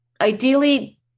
ideally